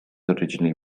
originally